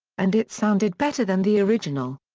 and it sounded better than the original.